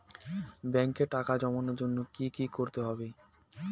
ব্যাংকে টাকা জমানোর জন্য কি কি করতে হয়?